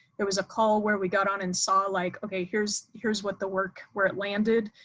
there was a call where we got on and saw like okay here's here's what the work where it landed.